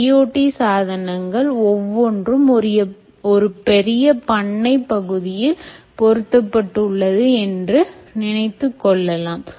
IoT சாதனங்கள் ஒவ்வொன்றும் ஒரு பெரிய பண்ணை பகுதியில் பொருத்த பட்டு உள்ளது என்று நினைத்துக் கொள்ளலாம்